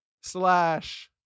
slash